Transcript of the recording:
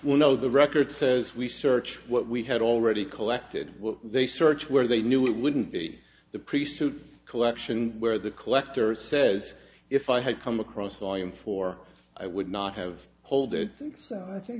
well no the record says we search what we had already collected they search where they knew we wouldn't be the priesthood collection where the collector says if i had come across volume four i would not have hold it since i think